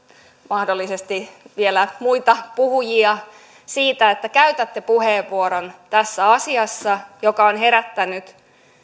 mahdollisesti vielä muita puhujia siitä että käytätte puheenvuoron tässä asiassa joka on herättänyt